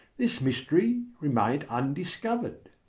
this mystery remained undiscover'd.